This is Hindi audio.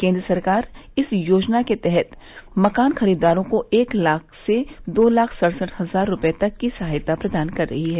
केंद्र सरकार इस योजना के तहत मकान खरीदारों को एक लाख से दो लाख सड़सठ हजार रुपये तक की सहायता प्रदान कर रही है